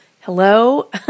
hello